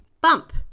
Bump